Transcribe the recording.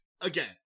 again